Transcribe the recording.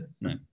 no